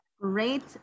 Great